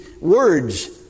words